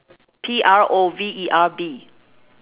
P R O V E R B